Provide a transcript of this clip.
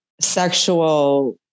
sexual